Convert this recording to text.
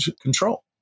control